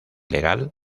legal